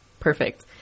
perfect